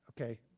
Okay